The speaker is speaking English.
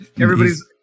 Everybody's